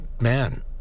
man